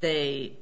they